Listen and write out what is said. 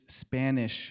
Spanish